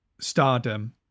stardom